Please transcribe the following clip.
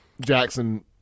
Jackson